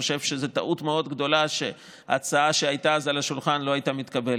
חושב שזאת טעות מאוד גדולה שההצעה שהייתה אז על השולחן לא התקבלה,